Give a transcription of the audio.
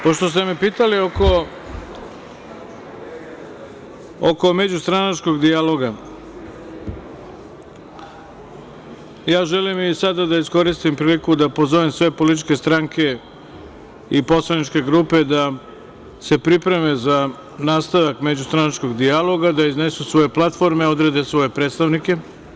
Pošto ste me pitali oko međustranačkog dijaloga, ja želim i sada da iskoristim priliku da pozovem sve političke stranke i poslaničke grupe da se pripreme za nastavak međustranačkog dijaloga, da iznesu svoje platforme, odrede svoje predstavnike.